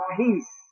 peace